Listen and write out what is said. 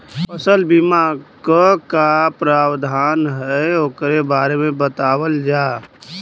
फसल बीमा क का प्रावधान हैं वोकरे बारे में बतावल जा?